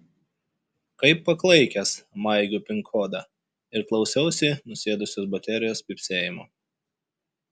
kaip paklaikęs maigiau pin kodą ir klausiausi nusėdusios baterijos pypsėjimo